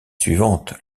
suivante